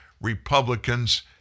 Republicans